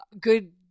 good